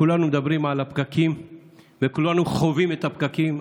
כולנו מדברים על הפקקים וכולנו חווים את הפקקים.